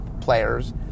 players